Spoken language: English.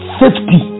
safety